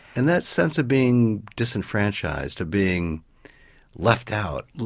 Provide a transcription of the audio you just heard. and that sense of being disenfranchised, of being left out,